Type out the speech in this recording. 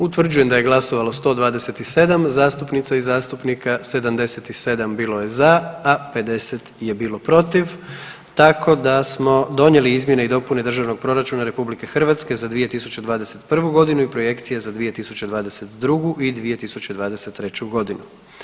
Utvrđujem da je glasovalo 127 zastupnica i zastupnika, 77 bilo je za, a 50 je bilo protiv tako da smo donijeli Izmjene i dopune Državnog proračuna RH za 2021. i projekcije za 2022. i 2023. godinu.